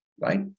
right